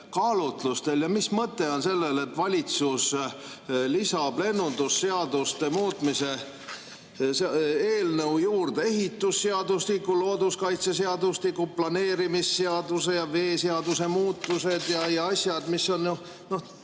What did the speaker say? kaalutlustel ja mis mõte on sellel, et valitsus lisab lennundusseaduse muutmise eelnõu juurde ehitusseadustiku, looduskaitseseaduse, planeerimisseaduse, veeseaduse muutused ja asjad, mis on